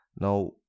Now